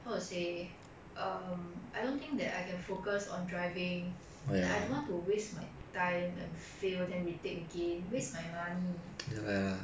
how to say um I don't think that I can focus on driving and I don't want to waste my time and fail then retake again waste my money